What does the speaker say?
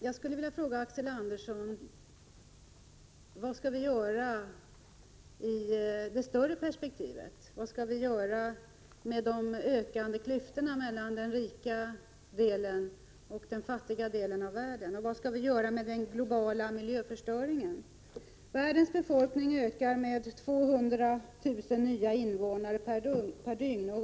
Jag skulle vilja fråga Axel Andersson: Vad skall vi göra i det större perspektivet med de ökande klyftorna mellan den rika och den fattiga delen av världen? Vad skall vi göra med den globala miljöförstöringen? Världens befolkning ökar med 200 000 nya invånare per dygn.